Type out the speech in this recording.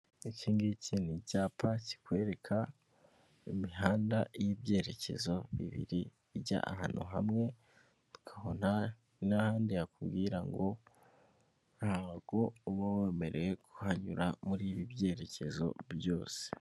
Iki ngiki ni icyapa kikwereka imihanda y'ibyerekezo bibiri ijya ahantu hamwe ukabona n'ahandi hakubwira ngo ntabwo uba wemerewe kuhanyura muri ibi byerekezo byose.